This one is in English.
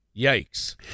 Yikes